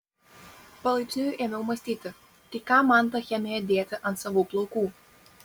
palaipsniui ėmiau mąstyti tai kam man tą chemiją dėti ant savų plaukų